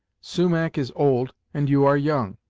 sumach is old, and you are young!